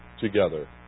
together